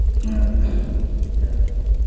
दा